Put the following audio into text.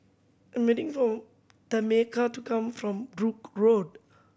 I am waiting for Tameka to come from Brooke Road